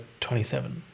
27